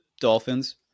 Dolphins